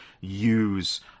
use